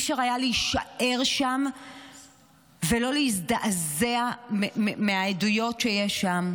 לא היה אפשר להישאר שם ולא להזדעזע מהעדויות שיש שם.